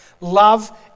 love